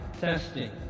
Testing